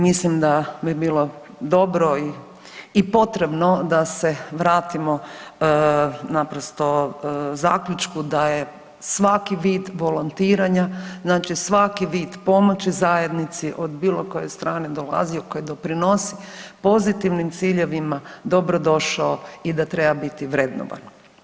Mislim da bi bilo dobro i potrebno da se vratimo naprosto zaključku da je svaki vid volontiranja, znači svaki vid pomoći zajednici od bilo koje strane dolazio koji doprinosi pozitivnim ciljevima dobro došao i da treba biti vrednovan.